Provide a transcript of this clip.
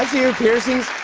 your piercings.